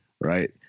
right